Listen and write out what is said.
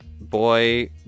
boy